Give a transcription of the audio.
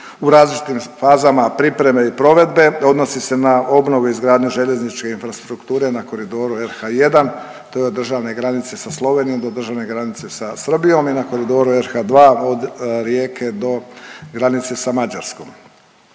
u različitim fazama pripreme i provedbe. Odnosi se na obnovu i izgradnju željezničke infrastrukture na koridoru HR-1, to je od državne granice sa Slovenijom do državne granice sa Srbijom i na koridoru HR-2 od Rijeke do granice sa Mađarskom.